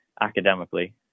academically